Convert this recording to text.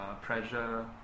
pressure